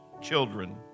children